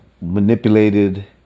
manipulated